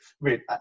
wait